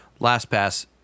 LastPass